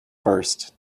first